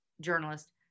journalist